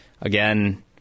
again